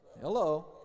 Hello